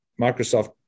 Microsoft